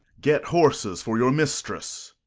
get horses for your mistress.